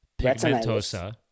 pigmentosa